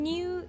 New